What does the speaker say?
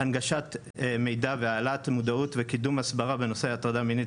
הנגשת מידע והעלאת המודעות וקידום הסברה בנושא הטרדה מינית